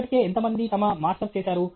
ఇప్పటికే ఎంత మంది తమ మాస్టర్స్ చేసారు